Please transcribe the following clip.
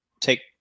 take